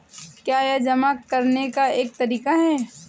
क्या यह जमा करने का एक तरीका है?